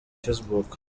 facebook